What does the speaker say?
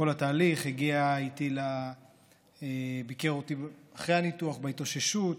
הגיע איתי, ביקר אותי אחרי הניתוח, בהתאוששות,